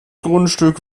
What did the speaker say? grundstück